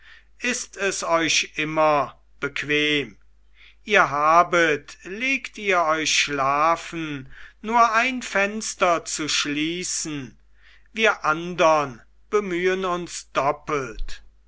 ist es euch immer bequem ihr habet legt ihr euch schlafen nur ein fenster zu schließen wir andern bemühen uns doppelt